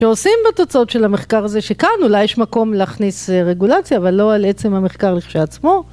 שעושים בתוצאות של המחקר הזה שכאן אולי יש מקום להכניס רגולציה, אבל לא על עצם המחקר לכשעצמו.